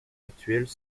actuelles